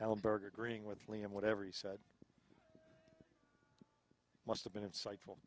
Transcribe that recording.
alberg agreeing with liam whatever he said must have been insightful